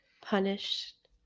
punished